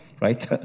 right